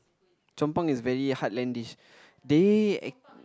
Chong pang is very heartlandish they act~